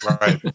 Right